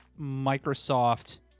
Microsoft